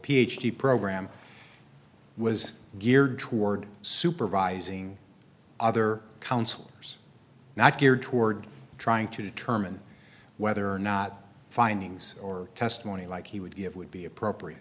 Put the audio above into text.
d program was geared toward supervising other counselors not geared toward trying to determine whether or not findings or testimony like he would give would be appropriate